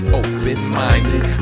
open-minded